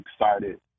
excited